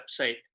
website